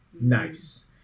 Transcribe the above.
nice